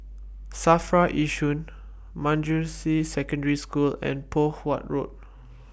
SAFRA Yishun Manjusri Secondary School and Poh Huat Road